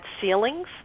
ceilings